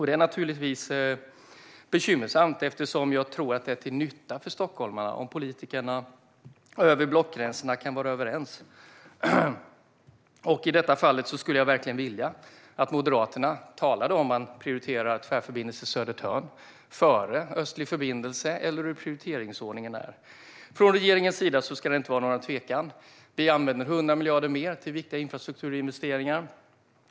Det är naturligtvis bekymmersamt eftersom jag tror att det är till nytta för stockholmarna om politikerna kan vara överens över blockgränserna. I detta fall skulle jag verkligen vilja att Moderaterna talade om en prioriterad Tvärförbindelse Södertörn före Östlig förbindelse eller om hur prioriteringsordningen är. För regeringen är det ingen tvekan. Vi använder 100 miljarder mer till viktiga infrastrukturinvesteringar.